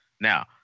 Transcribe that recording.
Now